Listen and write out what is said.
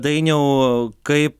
dainiau kaip